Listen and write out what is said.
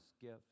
gift